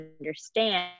understand